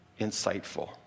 insightful